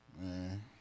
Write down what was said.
Man